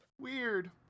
Weird